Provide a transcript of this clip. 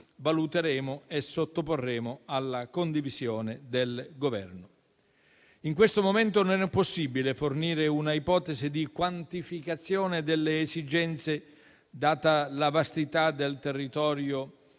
valuteremo e sottoporremo alla condivisione del Governo. In questo momento non è possibile fornire una ipotesi di quantificazione delle esigenze, data la vastità del territorio